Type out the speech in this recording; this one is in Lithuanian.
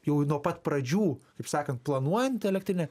jau nuo pat pradžių kaip sakant planuojant elektrinę